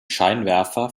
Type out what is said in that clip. scheinwerfer